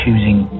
Choosing